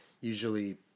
usually